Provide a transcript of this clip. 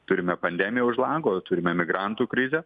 turime pandemiją už lango turime migrantų krizę